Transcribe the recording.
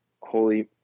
holy